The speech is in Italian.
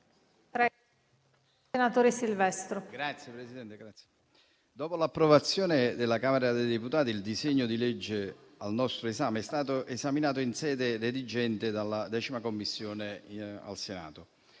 Grazie, Presidente. Dopo l'approvazione alla Camera dei deputati, il disegno di legge al nostro esame è stato esaminato in sede redigente dalla 10a Commissione del Senato,